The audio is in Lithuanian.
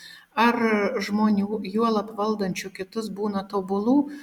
ar žmonių juolab valdančių kitus būna tobulų